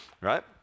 right